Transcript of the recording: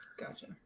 Gotcha